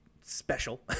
special